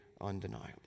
undeniable